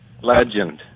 Legend